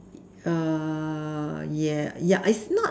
err yeah yeah it's not